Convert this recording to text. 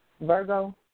Virgo